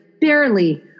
barely